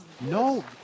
No